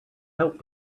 help